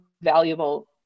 valuable